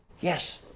Yes